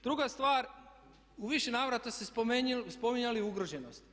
Druga stvar, u više navrata ste spominjali ugroženost.